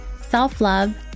self-love